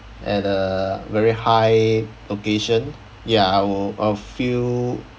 at a very high location ya I will I'll feel